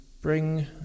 bring